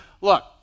look